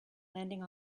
landing